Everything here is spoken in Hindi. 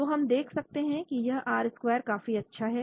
तो हम देख सकते हैं कि यह आर स्क्वायर काफी अच्छा है